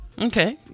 Okay